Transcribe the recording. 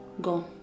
go